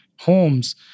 homes